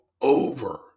over